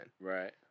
Right